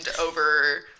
over